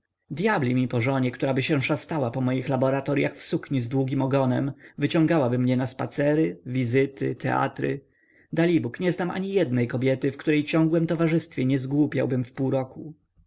dyabli mi po żonie któraby się szastała po moich laboratoryach w sukni z długim ogonem wyciągałaby mnie na spacery wizyty teatry dalibóg nie znam ani jednej kobiety w której ciągłem towarzystwie nie zgłupiałbym w pół roku